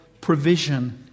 provision